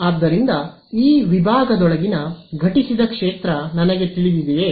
ಆದ್ದರಿಂದ ಈ ವಿಭಾಗದೊಳಗಿನ ಘಟಿಸಿದ ಕ್ಷೇತ್ರ ನನಗೆ ತಿಳಿದಿದೆಯೇ